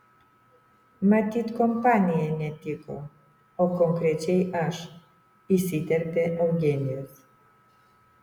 matyt kompanija netiko o konkrečiai aš įsiterpė eugenijus